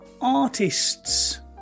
artists